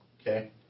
Okay